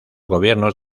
gobiernos